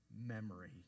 memory